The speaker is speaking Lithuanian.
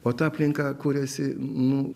o ta aplinka kuriasi nu